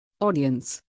Audience